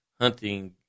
hunting